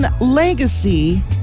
Legacy